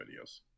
videos